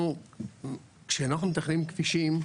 כאשר אנחנו מתכננים כבישים,